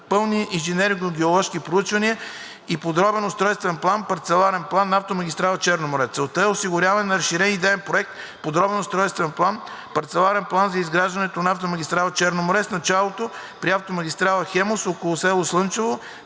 пълни инженерно-геоложки проучвания и подробен устройствен план – парцеларен план на автомагистрала „Черно море“. Целта на проучването е осигуряване на разширен идеен проект и подробен устройствен план – парцеларен план, за изграждането на автомагистрала „Черно море“ с начало при автомагистрала „Хемус“ около село Слънчево,